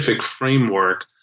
framework